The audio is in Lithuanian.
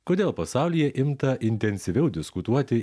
kodėl pasaulyje imta intensyviau diskutuoti